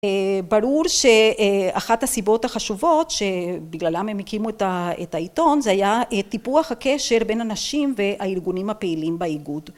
ברור שאחת הסיבות החשובות שבגללם הם הקימו את העיתון זה היה טיפוח הקשר בין הנשים והארגונים הפעילים באיגוד.